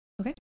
Okay